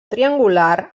triangular